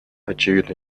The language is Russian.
очевидно